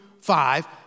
five